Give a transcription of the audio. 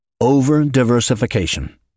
Over-diversification